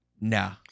no